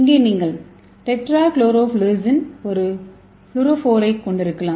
இங்கே நீங்கள் டெட்ராக்ளோரோஃப்ளோரெசெசின் ஒரு ஃப்ளோரோஃபோரைக் கொண்டிருக்கலாம்